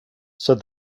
said